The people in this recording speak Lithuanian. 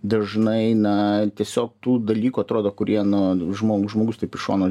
dažnai na tiesiog tų dalykų atrodo kurie na žmo žmogus taip iš šono